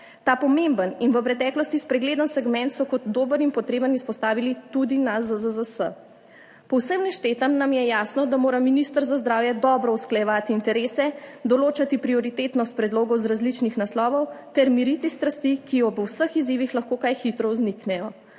(nadaljevanje) in v preteklosti spregledan segment, so kot dober in potreben izpostavili tudi na ZZZS. Po vsem naštetem nam je jasno, da mora minister za zdravje dobro usklajevati interese, določati prioritetnost predlogov iz različnih naslovov ter miriti strasti, ki jo ob vseh izzivih lahko kaj hitro vzniknejo,